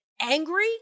angry